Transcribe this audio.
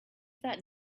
that